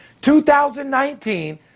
2019